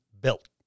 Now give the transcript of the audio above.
built